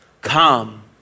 Come